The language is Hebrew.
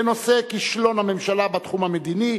בנושא: כישלון הממשלה בתחום המדיני,